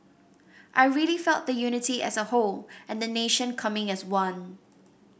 I really felt the unity as a whole and the nation coming as one